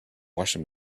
washing